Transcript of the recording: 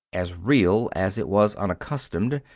as real as it was unaccustomed,